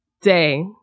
day